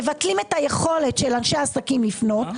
מבטלים את היכולת של אנשי עסקים לפנות,